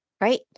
Right